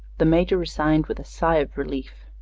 the major resigned with a sigh of relief.